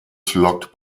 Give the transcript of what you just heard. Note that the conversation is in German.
flockt